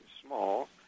small